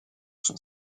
son